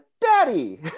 daddy